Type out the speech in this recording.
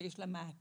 שיש לה מעקים,